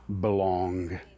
belong